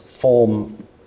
form